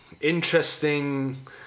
interesting